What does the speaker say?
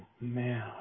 man